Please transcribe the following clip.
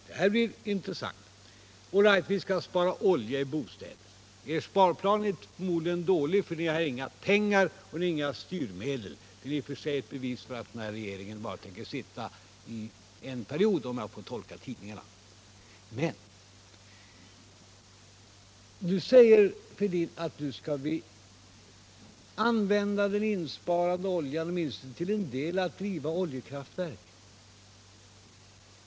Herr talman! Det här blir intressant. Allright! Vi skall spara olja i bostäder. Er sparplan är förmodligen dålig, för ni har inga pengar och inga styrmedel. Det är i och för sig ett bevis på att den här regeringen bara tänker sitta en period — om jag får tolka tidningarna. Nu säger herr Fälldin att vi nu skall använda den insparade oljan till att åtminstone till en del driva oljekraftverk.